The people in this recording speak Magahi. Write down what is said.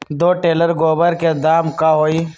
दो टेलर गोबर के दाम का होई?